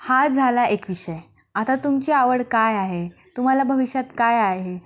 हा झाला एक विषय आता तुमची आवड काय आहे तुम्हाला भविष्यात काय आहे